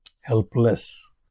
helpless